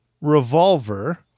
Revolver